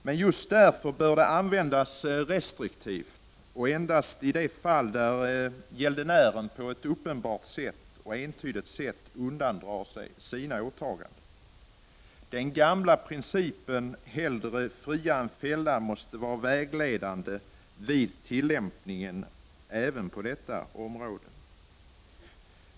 Men just därför bör det användas restriktivt och endast i de fall där gäldenären på ett uppenbart och entydigt sätt undandrar sig sina åtaganden. Den gamla principen "'hellre fria än fälla” måste vara vägledande vid tillämpningen.